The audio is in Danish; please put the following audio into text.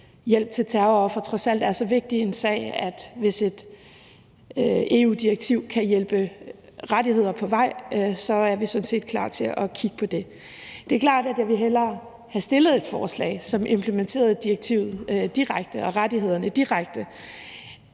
hjælp til terrorofre trods alt er så vigtig en sag, at hvis et EU-direktiv kan hjælpe rettigheder på vej, er vi sådan set klar til at kigge på det. Det er klart, at jeg hellere ville have fremsat et forslag, som implementerede direktivet og rettighederne direkte,